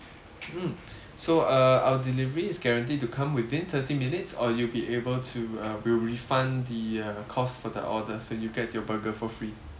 mm so uh our delivery is guaranteed to come within thirty minutes or you'll be able to uh we'll refund the uh cost for the order so you'll get your burger for free